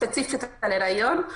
ספציפית בהיריון,